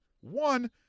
One